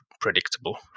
predictable